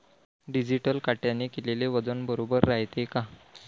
Digital काट्याने केलेल वजन बरोबर रायते का?